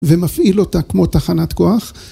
ומפעיל אותה כמו תחנת כוח.